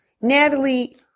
Natalie